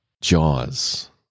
Jaws